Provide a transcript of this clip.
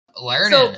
Learning